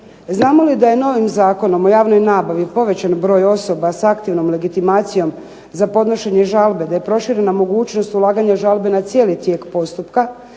Znamo li da je novim Zakonom o javnoj nabavi povećan broj osoba sa aktivnom legitimacijom za podnošenje žalbe, da je proširena mogućnost ulaganja žalbe na cijeli tijek postupka